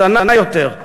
קטנה יותר,